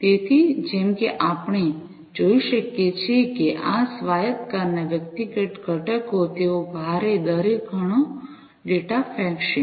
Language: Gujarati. તેથી જેમ કે આપણે જોઈ શકીએ છીએ કે આ સ્વાયત્ત કારના વ્યક્તિગત ઘટકો તેઓ ભારે દરે ઘણો ડેટા ફેંકશે